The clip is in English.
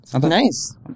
nice